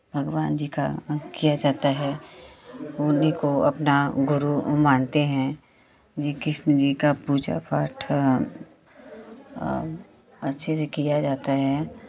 भगवान जी का किया जाता है उन्हीं को अपना गुरु मानते हैं जी कृष्ण जी का पूजा पाठ अच्छे से किया जाता है